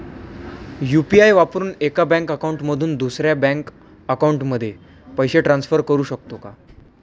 UPI वापरून एका bank account मधून दुसऱ्या बँक अकाउंटमध्ये पैसे ट्रान्सफर करू शकतो का?